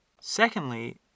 Secondly